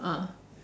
ah